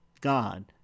God